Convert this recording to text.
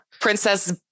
princess